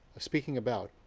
speaking about,